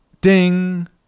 Ding